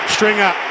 Stringer